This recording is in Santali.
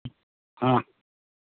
ᱦᱮᱸ